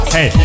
Hey